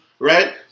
right